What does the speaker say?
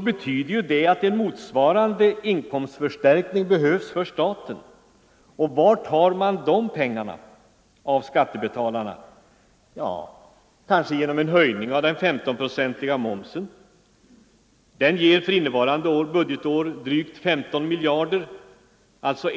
betyder det att en motsvarande inkomstförstärkning behövs för staten. Var tar man de pengarna av skattebetalarna? Kanske genom en höjning av den 15-procentiga momsen? Den ger för innevarande budgetår drygt 15 miljarder.